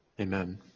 Amen